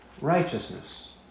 righteousness